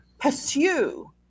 pursue